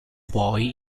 poi